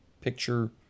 picture